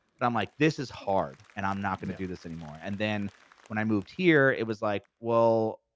but i'm like, this is hard, and i'm not gonna do this anymore, and then when i moved here, it was like, well,